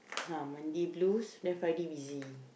ah Monday blues then Friday busy